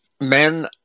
men